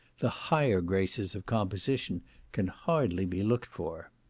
the higher graces of composition can hardly be looked for.